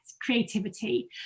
creativity